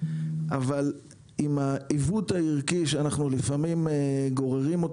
אבל אם העיוות הערכי שאנחנו לפעמים גוררים אותו